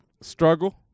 Struggle